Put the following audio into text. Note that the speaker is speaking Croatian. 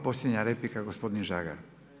Posljednja replika gospodin Žagar.